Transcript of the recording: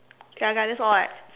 okay ah okay ah that's all right